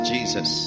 Jesus